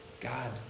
God